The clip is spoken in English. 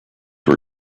were